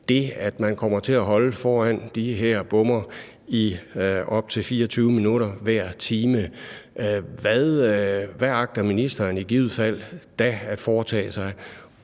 det, at man kommer til at holde foran de her bomme i op til 24 minutter hver time, hvad agter ministeren så i givet fald at foretage sig?